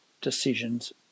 decisions